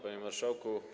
Panie Marszałku!